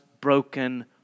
broken